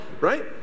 right